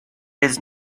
does